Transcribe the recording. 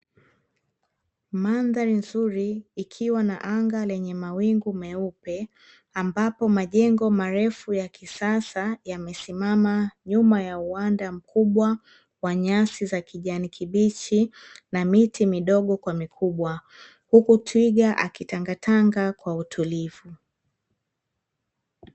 Mandhari nzuri ikiwa na anga lenye mawingu meupe ambapo majengo marefu ya kisasa yamesimama nyuma ya uwanda mkubwa wa nyasi za kijani kibichi na miti midogo kwa mikubwa, huku twiga akitangatanga kwa utulivu.